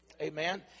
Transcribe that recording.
Amen